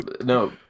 no